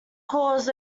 calls